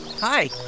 Hi